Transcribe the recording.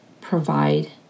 provide